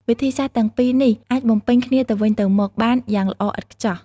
វិធីសាស្រ្តទាំងពីរនេះអាចបំពេញគ្នាទៅវិញទៅមកបានយ៉ាងល្អឥតខ្ចោះ។